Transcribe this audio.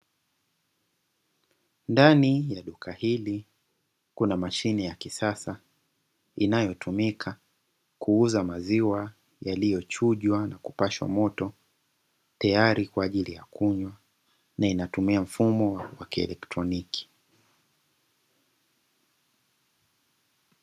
Ndani ya duka hili kuna mashine ya kisasa inayotumika kuuza maziwa yaliyochujwa na kupashwa moto tayari kwa ajili ya kunywa na inatumia mfumo wa kielektroniki.